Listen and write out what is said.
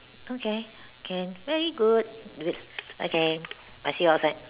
okay can very good okay I see you outside